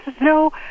no